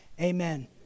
Amen